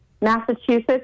Massachusetts